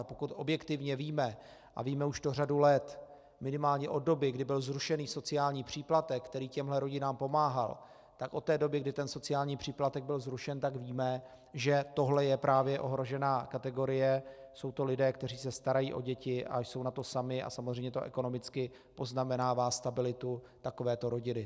Pokud objektivně víme, a víme to už řadu let, minimálně od doby, kdy byl zrušen sociální příplatek, který těmto rodinám pomáhal, tak od té doby, kdy ten sociální příplatek byl zrušen, tak víme, že tohle je právě ohrožená kategorie, jsou to lidé, kteří se starají o děti a jsou na to sami a samozřejmě to ekonomicky poznamenává stabilitu takovéto rodiny.